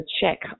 check